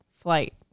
flight